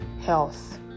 health